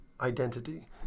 identity